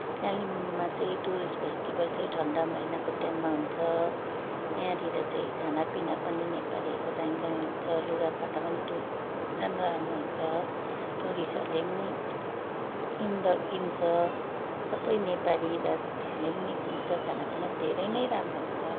कालिम्पोङमा चाहिँ tourist festival चाहिँ ठन्डा महिनाको टाइममा हुन्छ त्यहाँनिर चाहिँ खानापिना पनि नेपालीहरूको दामी दामी हुन्छ लुगाफाटा पनि टु राम्रो राम्रो हुन्छ टुरिस्टहरूले पनि किन्द किन्छ सबै नेपाली दाजुभाइहरूले पनि किन्छ खानापिना पनि धेरै राम्रो हुन्छ